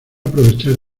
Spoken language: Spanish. aprovechar